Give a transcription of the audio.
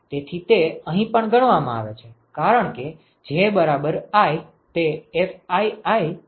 તેથી તે અહીં પણ ગણવામાં આવે છે કારણ કે J બરાબર i તે Fii હશે